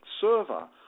server